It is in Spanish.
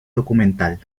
documental